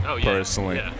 Personally